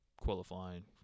qualifying